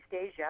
Asia